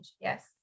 Yes